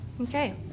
okay